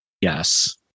Yes